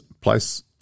place